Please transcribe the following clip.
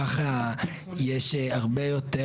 ככה יש הרבה יותר,